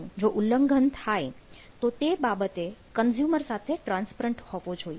નું જો ઉલ્લંઘન થાય તો તે બાબતે કન્ઝ્યુમર સાથે ટ્રાન્સપરન્ટ હોવો જોઈએ